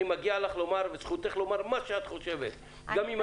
מגיע לך לומר וזכותך לומר מה שאתה חושבת, אני